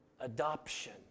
Adoption